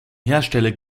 hersteller